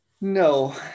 No